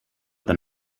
than